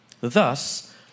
Thus